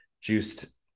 juiced